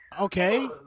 Okay